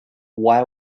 why